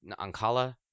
Ankala